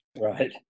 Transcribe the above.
right